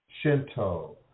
Shinto